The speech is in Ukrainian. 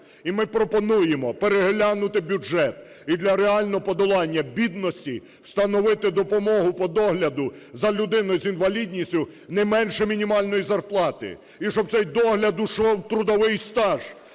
І ми пропонуємо переглянути бюджет і для реального подолання бідності встановити допомогу по догляду за людиною з інвалідністю не менше мінімальної зарплати. І щоб цей догляд ішов в трудовий стаж.